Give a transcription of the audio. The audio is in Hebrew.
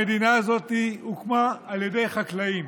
המדינה הזו הוקמה על ידי חקלאים,